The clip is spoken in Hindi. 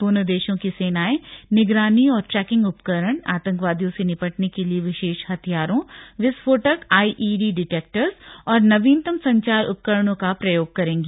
दोनों देशों की सेनाएं निगरानी और ट्रैकिंग उपकरण आतंकवादियों से निपटने के लिए विशेष हथियारों विस्फोटक आईईडी डिटेक्टर्स और नवीनतम संचार उपकरणों का प्रयोग करेंगी